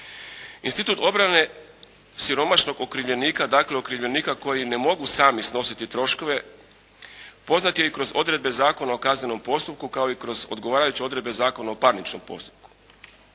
Institut obrane siromašnog okrivljenika, okrivljenika koji ne mogu sami snositi troškove poznat je i kroz odredbe Zakona o kaznenom postupku kao i kroz odgovarajuće odredbe Zakona o parničnom postupku.